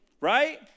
right